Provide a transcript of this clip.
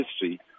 history